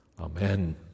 Amen